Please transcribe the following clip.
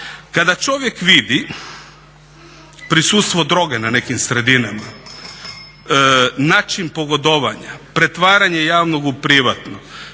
Kada čovjek vidi prisustvo droge na nekim sredinama, način pogodovanja, pretvaranje javnog u privatno,